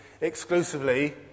exclusively